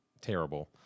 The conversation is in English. terrible